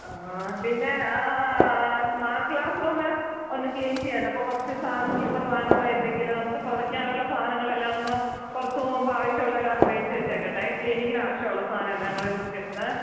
ആ പിന്നെ ആ സ്മാർട്ട് ക്ലാസ്റൂം ഒന്ന് ക്ലീൻ ചെയ്യാനുണ്ട് അപ്പോൾ കുറച്ച് സാധനങ്ങൾ കൂടെ വാങ്ങുകയായിരുന്നെങ്കിൽ നമുക്ക് തുടയ്ക്കാനുള്ള സാധനങ്ങൾ എല്ലാം ഒന്ന് പുറത്ത് പോകുമ്പോൾ ആവശ്യമുള്ളതെല്ലാം ഒന്ന് മേടിച്ച് വെച്ചേക്കട്ടെ ക്ലീനിംഗിന് ആവശ്യമുള്ള സാധനം എല്ലാം കൂടെ ലിസ്റ്റ് എടുത്ത്